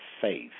Faith